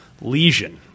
lesion